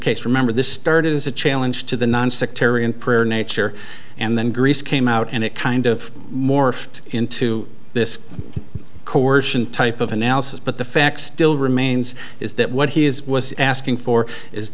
case remember this started as a challenge to the nonsectarian prayer nature and then grease came out and it kind of morphed into this coercion type of analysis but the fact still remains is that what he is was asking for is